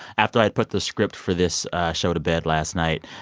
after i put the script for this show to bed last night,